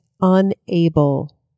unable